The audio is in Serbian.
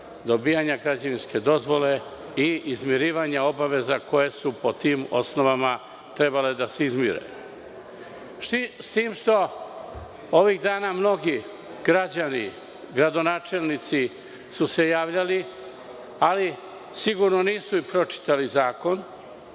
dobijanja građevinske dozvole i izmirivanja obaveza koje su po tim osnovama trebale da se izmire. Ovih dana mnogi građani, gradonačelnici su se javljali, ali sigurno nisu pročitali zakon,